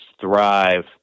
thrive